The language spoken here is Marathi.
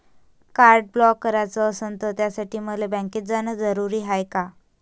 कार्ड ब्लॉक कराच असनं त त्यासाठी मले बँकेत जानं जरुरी हाय का?